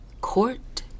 court